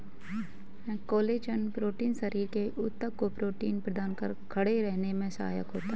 collagen protein शरीर के ऊतक को प्रोटीन प्रदान कर खड़े रहने में सहायक होता है